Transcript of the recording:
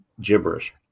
gibberish